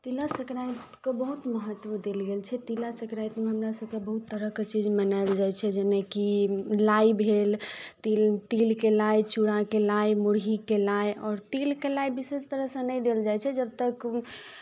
तिला संक्रान्तिके बहुत महत्व देल गेल छै तिला संक्रान्तिमे हमरासभके बहुत तरहके चीज बनायल जाइ छै जाहिमे कि लाइ भेल तिल तिलके लाइ चूड़ाके लाइ मुरहीके लाइ आओर तिलके लाइ विशेष तरहसँ नहि देल जाइ छै जब तक